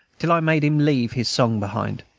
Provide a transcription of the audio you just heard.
till i made him leave his song behind.